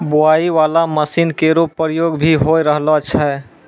बोआई बाला मसीन केरो प्रयोग भी होय रहलो छै